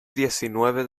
diecinueve